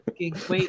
Wait